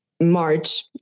March